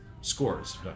scores